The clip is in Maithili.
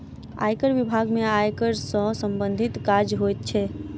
आयकर बिभाग में आयकर सॅ सम्बंधित काज होइत छै